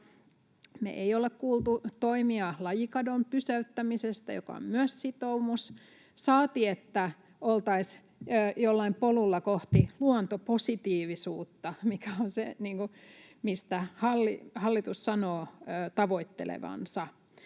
Me ei olla kuultu toimia lajikadon pysäyttämiseksi, joka on myös sitoumus — saati, että oltaisiin jollain polulla kohti luontopositiivisuutta, mikä on se, mitä hallitus sanoo tavoittelevansa.